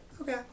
okay